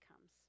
comes